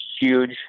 huge